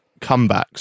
comebacks